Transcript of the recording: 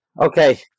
Okay